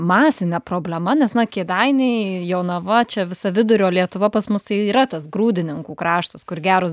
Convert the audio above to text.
masine problema nes na kėdainiai jonava čia visa vidurio lietuva pas mus tai yra tas grūdininkų kraštas kur geros